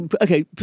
okay